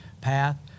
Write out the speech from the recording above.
path